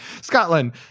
Scotland